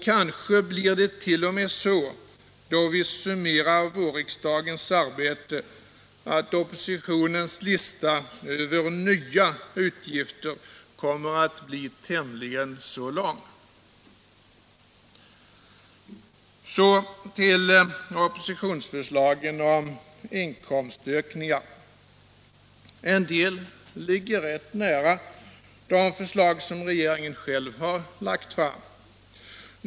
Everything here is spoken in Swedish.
Kanske blir det t.o.m. så då vi summerar vårriksdagens arbete att oppositionens lista över nya utgifter kommer att bli tämligen lång. Så till oppositionsförslagen om inkomstökningar. En del ligger rätt nära de förslag som regeringen själv lagt fram.